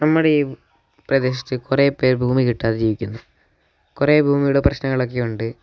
നമ്മുടെ ഈ പ്രദേശത്ത് കുറേപേര് ഭൂമി കിട്ടാതെ ജീവിക്കുന്നു കുറേ ഭൂമിയുടെ പ്രശ്നങ്ങളൊക്കെ ഉണ്ട്